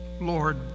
Lord